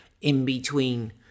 in-between